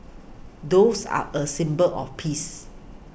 doves are a symbol of peace